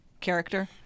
character